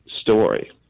story